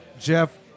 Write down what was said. Jeff